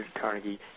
Carnegie